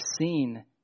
seen